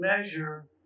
measure